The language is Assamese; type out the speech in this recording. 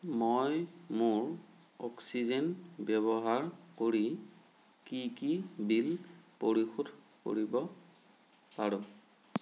মই মোৰ অক্সিজেন ব্যৱহাৰ কৰি কি কি বিল পৰিশোধ কৰিব পাৰোঁ